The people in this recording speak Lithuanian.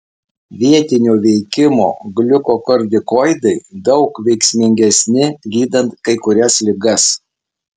vietinio veikimo gliukokortikoidai daug veiksmingesni gydant kai kurias ligas